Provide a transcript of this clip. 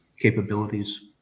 capabilities